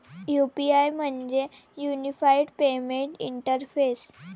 UPI म्हणजे unified payment interface